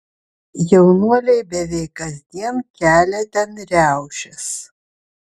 jaunuoliai beveik kasdien kelia ten riaušes